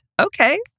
Okay